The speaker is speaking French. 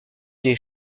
des